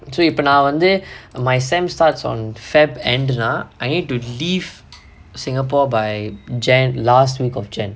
so இப்ப நா வந்து:ippa naa vanthu my semester starts on february end I need to leave singapore by january last week of january